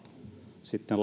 sitten